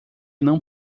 não